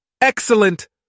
Excellent